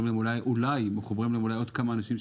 אולי הם מחוברים לעוד כמה אנשים,